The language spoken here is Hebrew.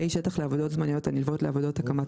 שטח לעבודות זמניות הנלוות לעבודות הקמת